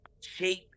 shape